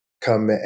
come